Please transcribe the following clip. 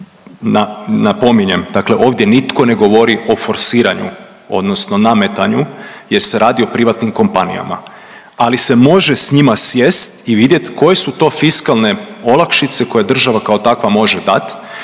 Napominjem, dakle ovdje nitko ne govori o forsiranju, odnosno nametanju, jer se radi o privatnim kompanijama. Ali se može sa njima sjest i vidjet koje su to fiskalne olakšice koje država kao takva može dati